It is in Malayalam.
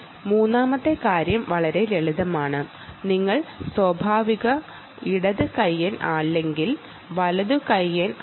മൂന്നാമത്തെ കാര്യം വളരെ ലളിതമാണ് നിങ്ങൾ സ്വാഭാവിക ഇടത് കൈയ്യൻ അല്ലെങ്കിൽ വലതു കൈയ്യൻ ആണോ